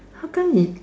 how come is